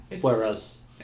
Whereas